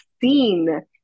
seen